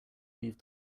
leave